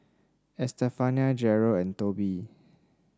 Estefania Jerel and Tobe